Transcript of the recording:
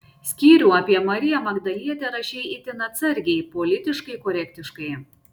skyrių apie mariją magdalietę rašei itin atsargiai politiškai korektiškai